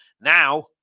Now